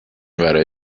برای